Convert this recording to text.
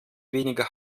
weniger